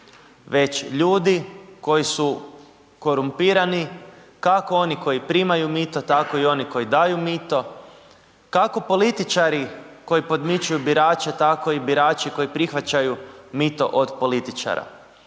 već ljudi koji su korumpirani, kako oni koji primaju mito, tako i oni koji daju mito, kako političari koji podmićuju birače, tako i birači koji prihvaćaju mito od političari.